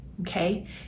Okay